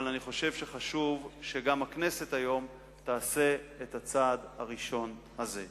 אבל אני חושב שחשוב שגם הכנסת תעשה את הצעד הראשון הזה היום.